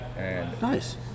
Nice